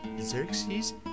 Xerxes